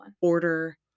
order